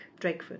Drakeford